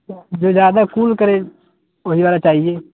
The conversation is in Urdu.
جو زیادہ کول کرے وہی والا چاہیے